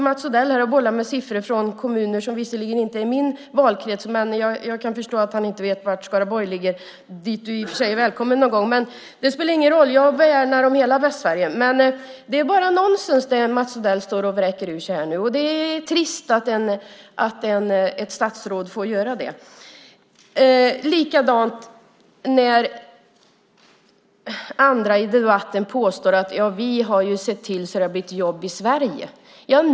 Mats Odell står och bollar med siffror från kommuner som inte ligger i min valkrets - jag förstår att han inte vet var Skaraborg ligger; han är välkommen dit någon gång - men det spelar ingen roll, för jag värnar om hela Västsverige. Det är bara nonsens det Mats Odell står och vräker ur sig. Det är trist att ett statsråd får göra det. Det är likadant när andra i debatten påstår att man har sett till att det finns jobb i Sverige.